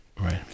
right